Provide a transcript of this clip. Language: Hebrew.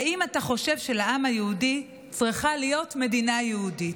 האם אתה חושב שלעם היהודי צריכה להיות מדינה יהודית?